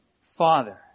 Father